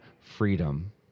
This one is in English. freedom